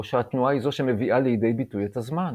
או שהתנועה היא זו שמביאה לידי ביטוי את הזמן?